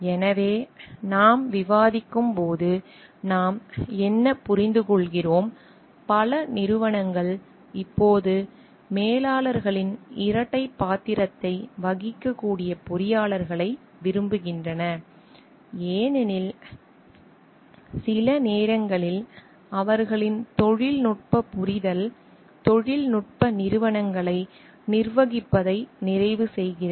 எனவே நாம் விவாதிக்கும்போது நாம் என்ன புரிந்துகொள்கிறோம் பல நிறுவனங்கள் இப்போது மேலாளர்களின் இரட்டைப் பாத்திரத்தை வகிக்கக்கூடிய பொறியாளர்களை விரும்புகின்றன ஏனெனில் சில நேரங்களில் அவர்களின் தொழில்நுட்ப புரிதல் தொழில்நுட்ப நிறுவனங்களை நிர்வகிப்பதை நிறைவு செய்கிறது